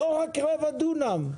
ולא רק רבע דונם.